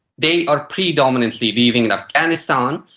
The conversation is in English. they are predominantly living in afghanistan,